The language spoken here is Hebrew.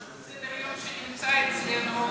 סדר-היום שנמצא אצלנו,